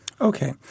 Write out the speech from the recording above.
Okay